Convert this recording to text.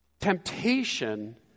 Temptation